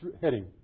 Heading